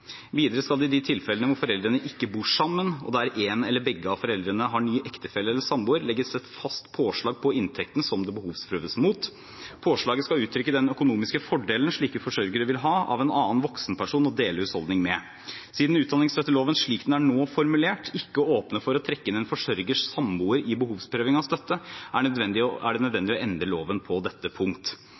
Videre skal det i de tilfellene hvor foreldrene ikke bor sammen, og der en eller begge av foreldrene har ny ektefelle eller samboer, legges et fast påslag på inntekten som det behovsprøves mot. Påslaget skal uttrykke den økonomiske fordelen slike forsørgere vil ha av en annen voksenperson å dele husholdning med. Siden utdanningsstøtteloven, slik den nå er formulert, ikke åpner for å trekke inn en forsørgers samboer i behovsprøving av støtte, er det nødvendig å endre loven på dette punkt.